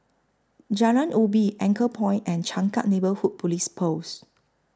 Jalan Ubi Anchorpoint and Changkat Neighbourhood Police Post